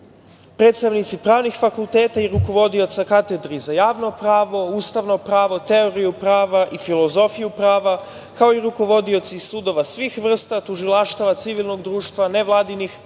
predstavnici pravnih fakulteta i rukovodioca katedri za Javno pravo, Ustavno pravo, Teoriju prava i Filozofiju prava, kao i rukovodioci sudova svih vrsta, tužilaštava, civilnog društva, nevladinih